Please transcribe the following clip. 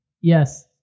Yes